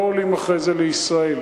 לא עולים אחרי זה לישראל.